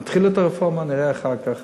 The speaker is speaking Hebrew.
נתחיל את הרפורמה, נראה אחר כך